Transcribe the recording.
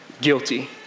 guilty